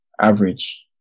average